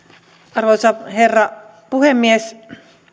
arvoisa herra puhemies